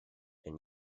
and